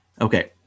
Okay